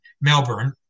Melbourne